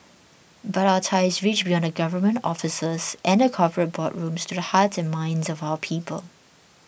but our ties reach beyond the government offices and the corporate boardrooms to the hearts and minds of our people